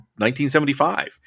1975